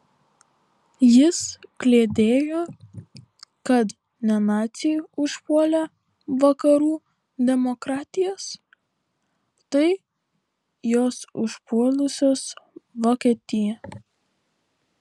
jis kliedėjo kad ne naciai užpuolė vakarų demokratijas tai jos užpuolusios vokietiją